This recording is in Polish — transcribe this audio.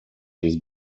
zbić